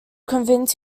convince